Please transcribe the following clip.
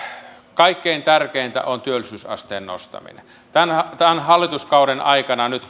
kaikkein tärkeintä on työllisyysasteen nostaminen tämän hallituskauden aikana nyt